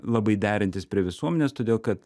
labai derintis prie visuomenės todėl kad